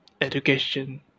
education